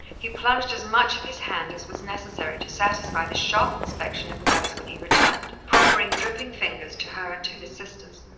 he plunged as much of his hand as was necessary to satisfy the sharp inspection of nurse when he returned, proffering dripping fingers to her and to his sisters.